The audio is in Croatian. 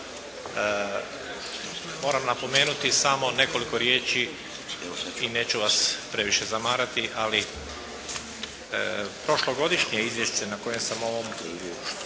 Moram napomenuti samo nekoliko riječi i neću vas previše zamarati. Prošlogodišnje izvješće koje sam na ovom skupu